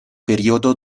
periodo